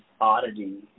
oddity